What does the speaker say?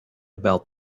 about